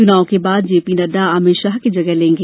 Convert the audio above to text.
चुनाव के बाद जेपी नड्डा अभित शाह की जगह लेंगे